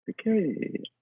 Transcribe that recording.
Okay